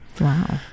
wow